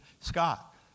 Scott